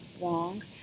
wrong